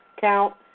count